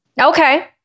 Okay